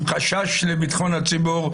חשש לביטחון הציבור,